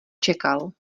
čekal